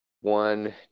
One